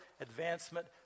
advancement